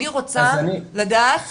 אני רוצה לדעת